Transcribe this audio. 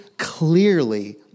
clearly